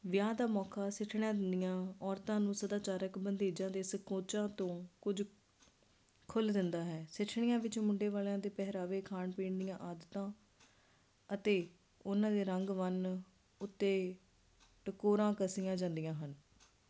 ਵਿਆਹ ਦੇ ਮੌਕਾ ਸਿੱਠਣੀਆਂ ਦਿੰਦੀਆਂ ਔਰਤਾਂ ਨੂੰ ਸਦਾਚਾਰਕ ਵਧੇਜਾਂ ਦੇ ਸਕੋਝਾਂ ਤੋਂ ਕੁਝ ਖੁੱਲ ਦਿੰਦਾ ਹੈ ਸਿੱਠਣੀਆਂ ਵਿੱਚ ਮੁੰਡੇ ਵਾਲਿਆਂ ਦੇ ਪਹਿਰਾਵੇ ਖਾਣ ਪੀਣ ਦੀਆਂ ਆਦਤਾਂ ਅਤੇ ਉਨ੍ਹਾਂ ਦੇ ਰੰਗ ਬੰਨ ਉੱਤੇ ਟਕੋਰਾਂ ਕੱਸੀਆਂ ਜਾਂਦੀਆਂ ਹਨ